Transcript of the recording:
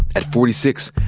at forty six,